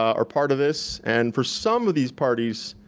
are part of this, and for some of these parties,